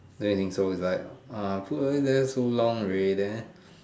then I think so it's like ah put down there so long already there